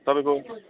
तपाईँको